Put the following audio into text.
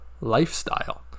lifestyle